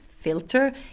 filter